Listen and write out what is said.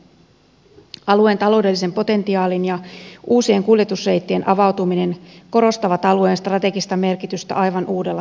alueen taloudellisen potentiaalin ja uusien kuljetusreittien avautuminen korostavat alueen strategista merkitystä aivan uudella tavalla